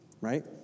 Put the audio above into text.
right